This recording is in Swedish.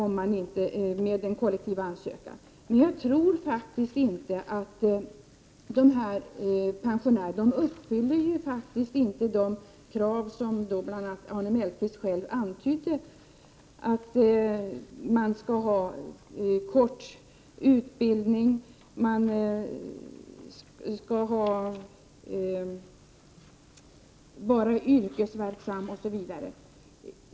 Men pensionärerna uppfyller ju faktiskt inte de krav som Arne Mellqvist själv räknade upp, nämligen att man skall ha kort utbildning, att man skall vara yrkesverksam, osv.